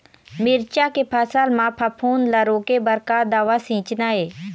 मिरचा के फसल म फफूंद ला रोके बर का दवा सींचना ये?